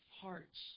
hearts